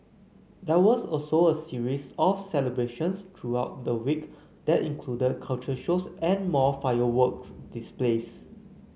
there was also a series of celebrations throughout the week that included cultural shows and more fireworks displays